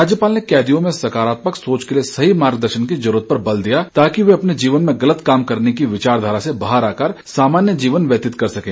राज्यपाल ने कैदियों में सकारात्मक सोच के लिए सही मार्गदर्शन की जरूरत पर बल दिया ताकि वे अपने जीवन में गलत काम करने की विचार धारा से बाहर आकर सामान्य जीवन व्यतीत कर सकें